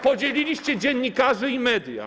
Podzieliliście dziennikarzy i media.